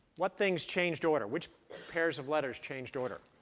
what things changed order? which pairs of letters changed order?